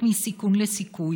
הפרויקט מסיכון לסיכוי,